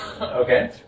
Okay